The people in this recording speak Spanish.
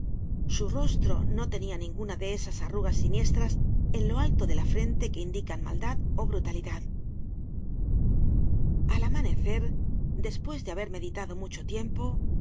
su rostro no tenia ninguna de esas arrugas siniestras en lo alto de la frente que indican maldad ó brutalidad al amanecer despues de haber meditado mucho tiempo